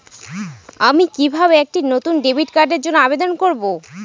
আমি কিভাবে একটি নতুন ডেবিট কার্ডের জন্য আবেদন করব?